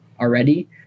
already